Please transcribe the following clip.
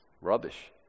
Rubbish